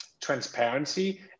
transparency